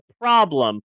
problem